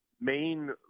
main